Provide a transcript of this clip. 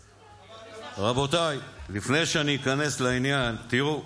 רבותיי, לפני שאיכנס לעניין, תראו,